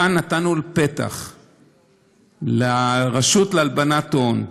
כאן נתנו פתח לרשות להלבנת הון,